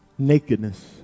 Nakedness